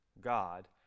God